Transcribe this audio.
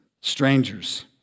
strangers